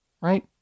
right